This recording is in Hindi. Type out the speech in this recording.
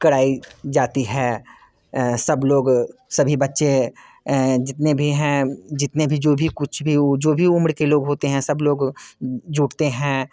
कराई जाती है सब लोग सभी बच्चे जितने भी हैं जितने भी जो भी कुछ भी जो भी उम्र के लोग होते है सब लोग जुटते हैं